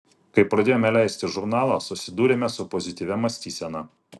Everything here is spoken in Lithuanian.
kai pradėjome leisti žurnalą susidūrėme su pozityvia mąstysena